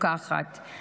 ומפוקחת מאוד.